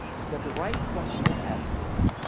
instead the right question to ask is,